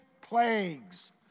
plagues